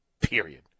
period